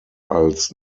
als